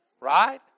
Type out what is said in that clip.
Right